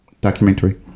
documentary